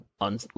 on